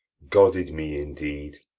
godded me indeed.